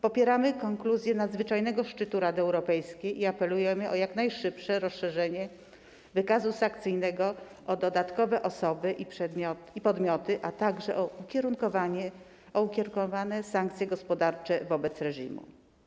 Popieramy konkluzje nadzwyczajnego szczytu Rady Europejskiej i apelujemy o jak najszybsze rozszerzenie wykazu sankcyjnego o dodatkowe osoby i podmioty, a także o ukierunkowane sankcje gospodarcze wobec reżimu.